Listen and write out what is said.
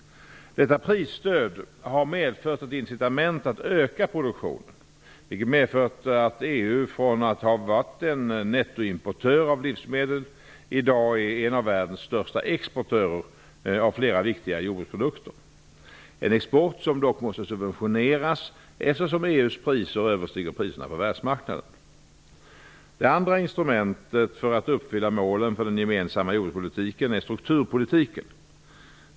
Detta prisstöd har medfört ett incitament att öka produktionen, vilket medfört att EU från att ha varit en nettoimportör av livsmedel i dag är en av världens största exportörer av flera viktiga jordbruksprodukter. Det är dock en export som måste subventioneras, eftersom EU:s priser överstiger priserna på världsmarknaden. Det andra instrumentet för att uppfylla målen för den gemensamma jordbrukspolitiken är strukturpolitiken.